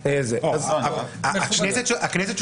הכנסת,